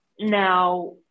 Now